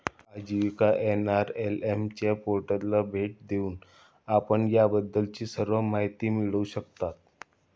आजीविका एन.आर.एल.एम च्या पोर्टलला भेट देऊन आपण याबद्दलची सर्व माहिती मिळवू शकता